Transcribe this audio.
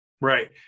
Right